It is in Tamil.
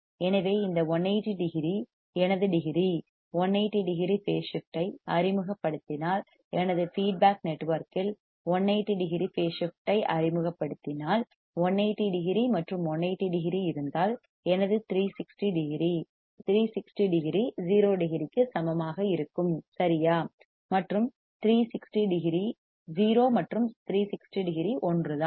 எனவே இந்த 180 டிகிரி எனது டிகிரி 180 டிகிரி பேஸ் ஸிப்ட் ஐ அறிமுகப்படுத்தினால் எனது ஃபீட்பேக் நெட்வொர்க்கில் 180 டிகிரி பேஸ் ஸிப்ட் ஐ அறிமுகப்படுத்தினால் 180 டிகிரி மற்றும் 180 டிகிரி இருந்தால் எனது 360 டிகிரி 360 டிகிரி 0 டிகிரி ற்கு சமமாக இருக்கும் சரியா 0 மற்றும் 360 டிகிரி ஒன்றுதான்